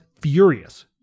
furious